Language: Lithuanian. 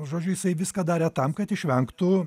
žodžiu jisai viską darė tam kad išvengtų